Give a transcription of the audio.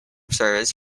service